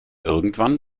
irgendwann